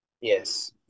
Yes